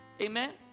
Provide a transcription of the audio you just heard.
Amen